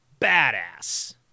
badass